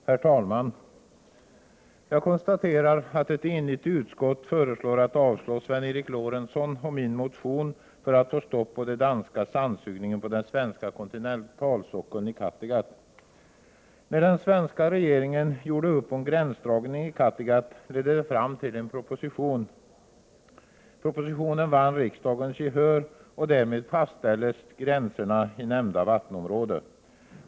Herr talman! Jag konstaterar att ett enigt utskott yrkar avslag på Sven Eric Lorentzons och min motion, i vilken föreslås att man skall stoppa den danska sandsugningen på den svenska kontinentalsockeln i Kattegatt. När den svenska regeringen gjorde upp om gränsdragningen i Kattegatt ledde det fram till en proposition som vann riksdagens gehör. Därmed fastställdes gränserna i nämnda vattenområde.